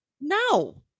no